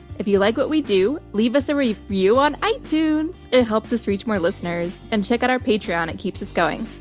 if you like what we do, leave us a review on itunes. it helps us reach more listeners. and check out our patreon, it keeps us going.